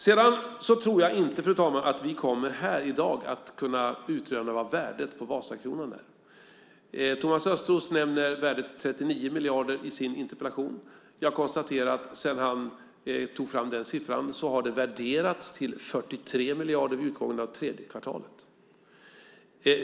Jag tror inte, fru talman, att vi här i dag kommer att kunna utröna vad värdet på Vasakronan är. Thomas Östros nämner värdet 39 miljarder i sin interpellation. Jag konstaterar att sedan han tog fram den siffran har det värderats till 43 miljarder vid utgången av tredje kvartalet.